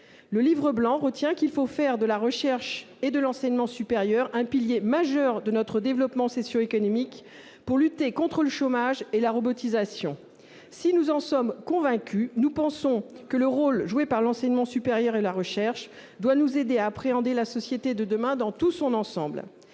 Le Livre blanc retient qu'il faut faire de ce sujet un pilier majeur de notre développement socio-économique, pour lutter contre le chômage et la robotisation. Si nous en sommes convaincus, nous pensons que l'enseignement supérieur et la recherche doivent nous aider à appréhender la société de demain dans son ensemble.